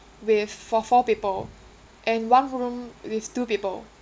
with for four people and one room with two people